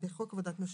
בחוק עובדת נשים.